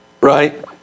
Right